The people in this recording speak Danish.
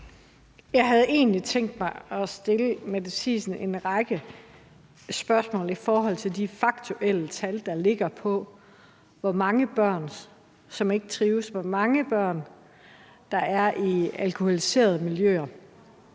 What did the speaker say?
Jeg havde egentlig tænkt mig at stille Mette Thiesen en række spørgsmål til de faktuelle tal, der ligger, på, hvor mange børn der ikke trives; hvor mange børn der er i alkoholiserede miljøer.